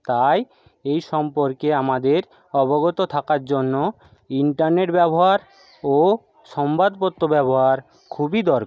তাই এই সম্পর্কে আমাদের অবগত থাকার জন্য ইন্টারনেট ব্যবহার ও সংবাদপত্র ব্যবহার খুবই দরকার